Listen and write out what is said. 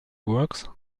works